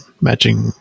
matching